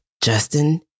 Justin